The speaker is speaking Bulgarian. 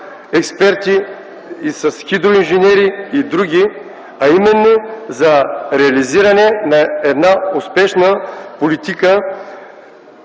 ВиК-експерти, с хидроинженери и други, а именно за реализиране на една успешна политика